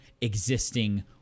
Existing